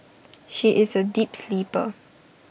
she is A deep sleeper